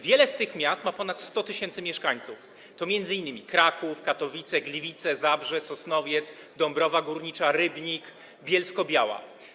Wiele z tych miast ma ponad 100 tys. mieszkańców, m.in. Kraków, Katowice, Gliwice, Zabrze, Sosnowiec, Dąbrowa Górnicza, Rybnik, Bielsko-Biała.